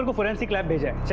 but forensic lab to